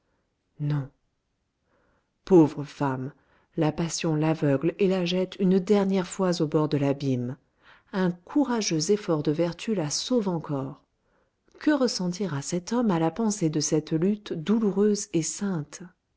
non pauvre femme la passion l'aveugle et la jette une dernière fois au bord de l'abîme un courageux effort de vertu la sauve encore que ressentira cet homme à la pensée de cette lutte douloureuse et sainte